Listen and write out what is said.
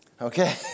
okay